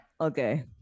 Okay